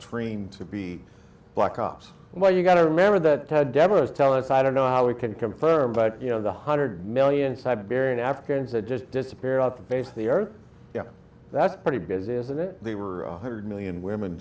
trained to be black ops well you got to remember that deborah tell us i don't know how we can confirm but you know the hundred million siberian africans that just disappear off the base of the earth yeah that's pretty busy isn't it they were a hundred million women